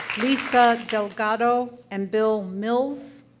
lisa delgado and bill mills.